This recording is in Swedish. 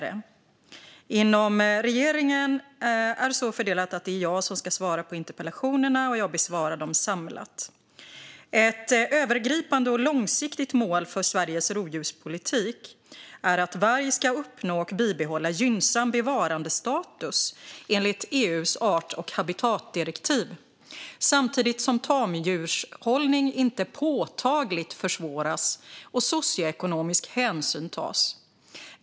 Arbetet inom regeringen är så fördelat att det är jag som ska svara på interpellationerna. Jag besvarar dem samlat. Ett övergripande och långsiktigt mål för Sveriges rovdjurspolitik är att varg ska uppnå och bibehålla gynnsam bevarandestatus enligt EU:s art och habitatdirektiv samtidigt som tamdjurshållning inte påtagligt försvåras och socioekonomisk hänsyn tas.